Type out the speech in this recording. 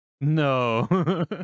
No